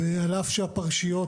על אף שהפרשיות